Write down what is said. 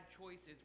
choices